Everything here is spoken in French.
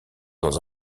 dans